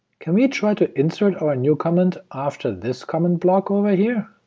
can we try to insert our new comment after this comment block over here?